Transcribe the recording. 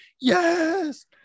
yes